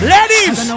Ladies